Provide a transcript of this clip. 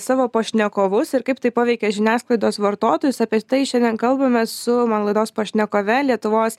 savo pašnekovus ir kaip tai paveikia žiniasklaidos vartotojus apie tai šiandien kalbamės su man laidos pašnekove lietuvos